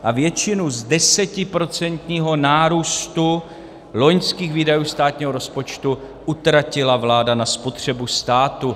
A většinu z 10% nárůstu loňských výdajů státního rozpočtu utratila vláda na spotřebu státu.